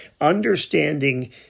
Understanding